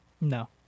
No